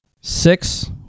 six